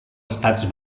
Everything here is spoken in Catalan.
estats